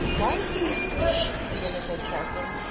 why's he shhh, the giver said sharply.